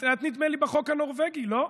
את, נדמה לי, בחוק הנורבגי, לא,